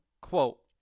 quote